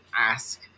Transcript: ask